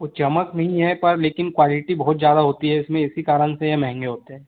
वो चमक नहीं है पर लेकिन क्वालिटी बहुत ज़्यादा होती है इसमें इसी कारण से ये महँगे होते हैं